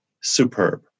superb